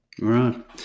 right